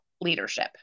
leadership